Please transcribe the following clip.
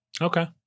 Okay